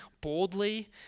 boldly